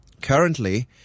Currently